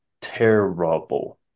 Terrible